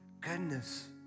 goodness